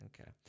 Okay